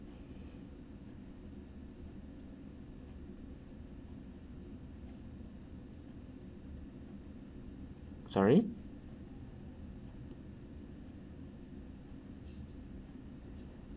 sorry